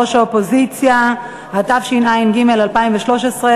התאחדויות ואיגודי ספורט),